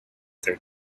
their